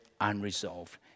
unresolved